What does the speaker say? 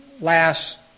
last